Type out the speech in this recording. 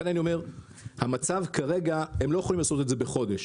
הם לא יכולים לעשות את זה בחודש,